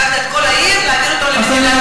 קח את כל העיר ותעביר אותה לתל-אביב.